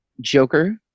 joker